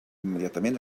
immediatament